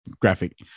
graphic